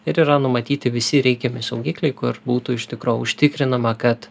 ir yra numatyti visi reikiami saugikliai kur būtų iš tikro užtikrinama kad